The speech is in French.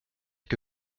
que